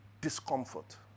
Discomfort